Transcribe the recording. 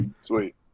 sweet